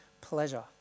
pleasure